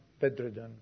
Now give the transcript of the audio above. bedridden